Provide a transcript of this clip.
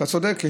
אתה צודק,